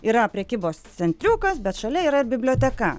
yra prekybos centriukas bet šalia yra biblioteka